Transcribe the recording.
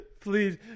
Please